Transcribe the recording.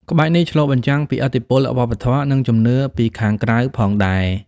ក្បាច់នេះឆ្លុះបញ្ចាំងពីឥទ្ធិពលវប្បធម៌ និងជំនឿពីខាងក្រៅផងដែរ។